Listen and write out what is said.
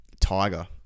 tiger